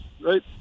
right